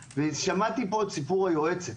ושמעתי פה את סיפור היועצת.